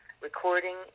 recording